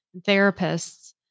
therapists